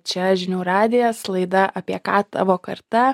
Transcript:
čia žinių radijas laida apie ką tavo karta